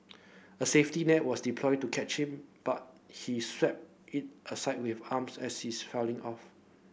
a safety net was deployed to catch him but he swept it aside with arms as he is falling off